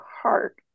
heart